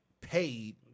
paid